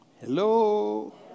Hello